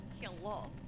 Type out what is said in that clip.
hello